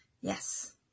Yes